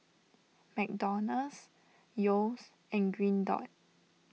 McDonald's Yeo's and Green Dot